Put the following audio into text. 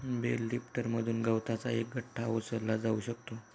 bell लिफ्टरमधून गवताचा एक गठ्ठा उचलला जाऊ शकतो